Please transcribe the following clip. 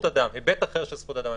היבט אחר של זכות אדם,